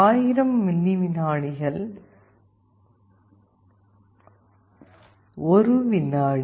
1000 milli விநாடிகள் 1 வினாடி